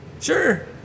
Sure